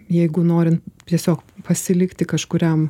jeigu norint tiesiog pasilikti kažkuriam